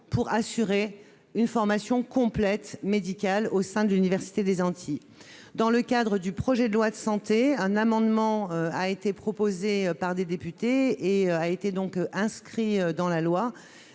pour assurer une formation complète médical au sein de l'université des Antilles dans le cadre du projet de loi de santé, un amendement a été proposée par des députés, et a été donc inscrit dans la loi